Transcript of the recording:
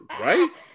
Right